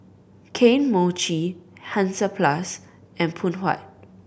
Kane Mochi Hansaplast and Phoon Huat